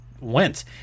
went